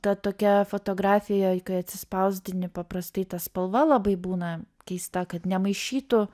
ta tokia fotografija kai atsispausdini paprastai ta spalva labai būna keista kad nemaišytų